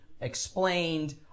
explained